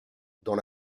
dans